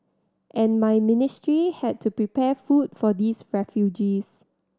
and my ministry had to prepare food for these refugees